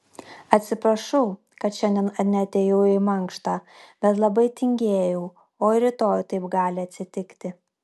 atsiprašau kad šiandien neatėjau į mankštą bet labai tingėjau o ir rytoj taip gali atsitikti